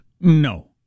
No